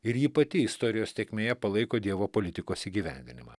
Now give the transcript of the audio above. ir ji pati istorijos tėkmėje palaiko dievo politikos įgyvendinimą